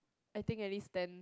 I think at least then